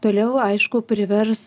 toliau aišku privers